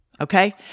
Okay